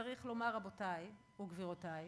צריך לומר, רבותי וגבירותי,